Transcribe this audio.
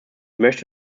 möchte